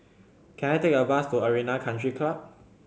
can I take a bus to Arena Country Club